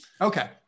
okay